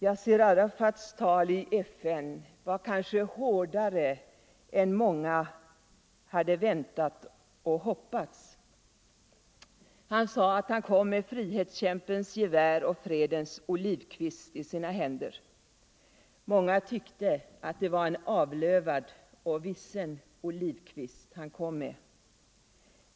Yassir Arafats tal i FN var hårdare än många hade väntat och hoppats. 129 Han sade att han kom med frihetskämpens gevär och fredens olivkvist i sina händer. Många tyckte att det var en avlövad och vissen olivkvist han kom med.